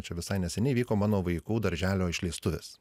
čia visai neseniai vyko mano vaikų darželio išleistuvės